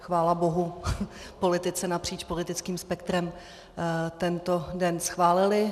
Chvála bohu, politici napříč politickým spektrem tento den schválili.